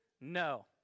No